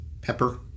pepper